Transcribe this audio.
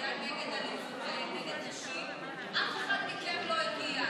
אלימות נגד נשים, אף אחד מכם לא הגיע.